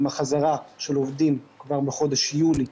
עם החזרה של עובדים כבר בחודש יולי.